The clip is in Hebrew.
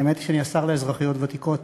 האמת היא שאני השר לאזרחיות ותיקות,